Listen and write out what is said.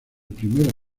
primera